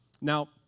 Now